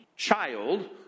child